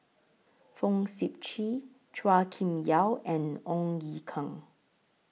Fong Sip Chee Chua Kim Yeow and Ong Ye Kung